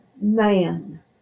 man